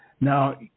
Now